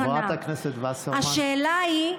השאלה היא: